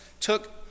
took